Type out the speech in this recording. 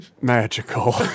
magical